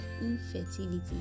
infertility